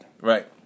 Right